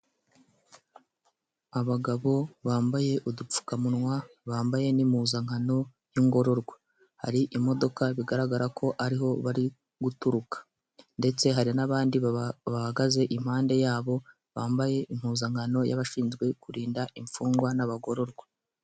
Abagabo bambaye udupfukamunwa, bambaye n'impuzankano y'ingororwa, hari imodoka bigaragara ko ariho bari guturuka ndetse hari n'abandi babahagaze impande y'abo bambaye impuzankano y'abashinzwe kurinda imfungwa n'abagororwa.